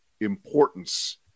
importance